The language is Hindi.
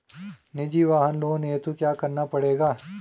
निजी वाहन लोन हेतु क्या करना पड़ेगा?